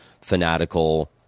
fanatical